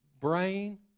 brain